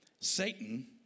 Satan